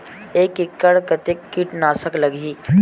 एक एकड़ कतेक किट नाशक लगही?